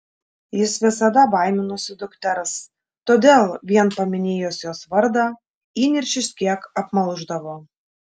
jis visada baiminosi dukters todėl vien paminėjus jos vardą įniršis kiek apmalšdavo